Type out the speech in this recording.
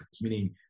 meaning